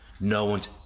no-one's